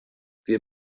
wir